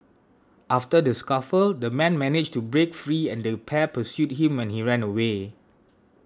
after the scuffle the man managed to break free and the pair pursued him when he ran away